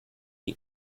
die